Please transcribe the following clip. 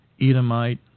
Edomite